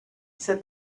said